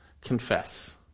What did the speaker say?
Confess